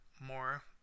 more